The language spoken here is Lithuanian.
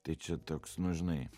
tai čia toks nu žinai